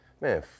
Man